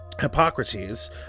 Hippocrates